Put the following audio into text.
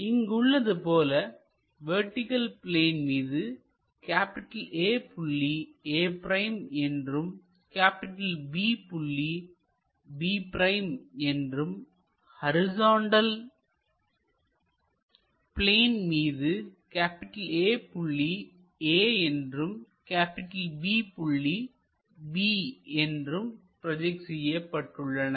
இங்கு உள்ளது போல வெர்டிகள் பிளேன் மீது A புள்ளி a' என்றும் B புள்ளி b' என்றும் ஹரிசாண்டல் பிளேன் மீது A புள்ளி a என்றும் B புள்ளி b என்றும் ப்ரோஜெக்ட் செய்யப்பட்டுள்ளன